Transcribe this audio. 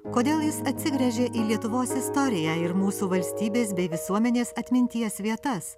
kodėl jis atsigręžė į lietuvos istoriją ir mūsų valstybės bei visuomenės atminties vietas